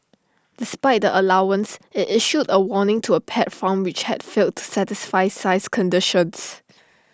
despite the allowance IT issued A warning to A pet farm which had failed to satisfy size conditions